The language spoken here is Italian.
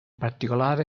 particolare